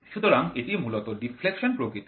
সুতরাং এটি মূলত ডিফ্লেকশন প্রকৃতির